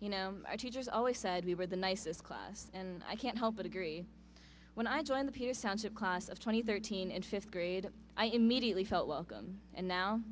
you know my teachers always said we were the nicest class and i can't help but agree when i joined the peer sounds of class of twenty thirteen in fifth grade i immediately felt welcome and now